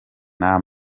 nta